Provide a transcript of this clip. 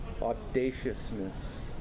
audaciousness